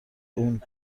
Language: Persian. اون